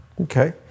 Okay